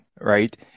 right